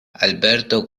alberto